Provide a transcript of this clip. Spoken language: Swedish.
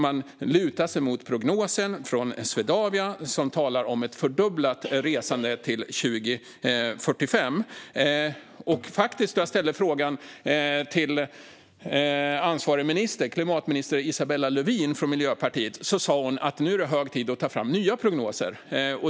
Man lutar sig mot prognosen från Swedavia som talar om ett fördubblat resande till 2045. Då jag ställde frågan till ansvarig minister, klimatminister Isabella Lövin från Miljöpartiet, sa hon att nu är det hög tid att ta fram nya prognoser.